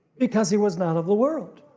because he was not of the world,